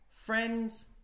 Friends